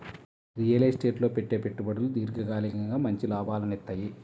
real estate లో పెట్టే పెట్టుబడులు దీర్ఘకాలికంగా మంచి లాభాలనిత్తయ్యి